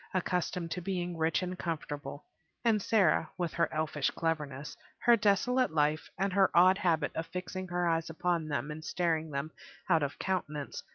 accustomed to being rich and comfortable and sara, with her elfish cleverness, her desolate life, and her odd habit of fixing her eyes upon them and staring them out of countenance,